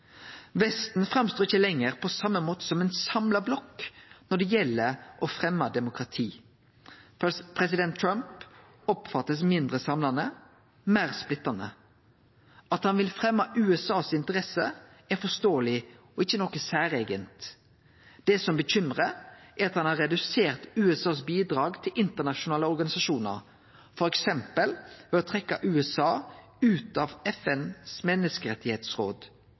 Vesten framstår ikkje lenger på same måte som ei samla blokk når det gjeld å fremje demokrati. President Trump blir oppfatta som mindre samlande, meir splittande. At han vil fremje USAs interesser, er forståeleg og ikkje noko særeige. Det som bekymrar, er at han har redusert USAs bidrag til internasjonale organisasjonar, f.eks. ved å trekkje USA ut av FNs